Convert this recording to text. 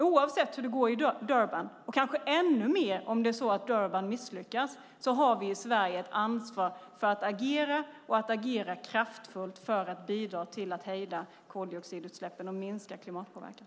Oavsett hur det går i Durban, och kanske ännu mer om man misslyckas i Durban, har vi i Sverige ett ansvar för att agera kraftfullt för att bidra till att hejda koldioxidutsläppen och minska klimatpåverkan.